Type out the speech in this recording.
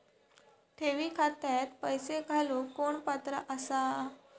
ठेवी खात्यात पैसे घालूक कोण पात्र आसा?